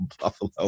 buffalo